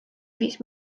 viis